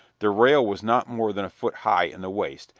the rail was not more than a foot high in the waist,